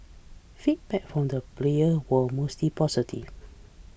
feedback from the players were mostly positive